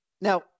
Now